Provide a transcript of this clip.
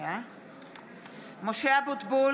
(קוראת בשמות חברי הכנסת) משה אבוטבול,